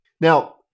Now